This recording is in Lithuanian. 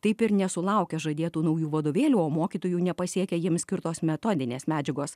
taip ir nesulaukę žadėtų naujų vadovėlių o mokytojų nepasiekia jiems skirtos metodinės medžiagos